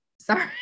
sorry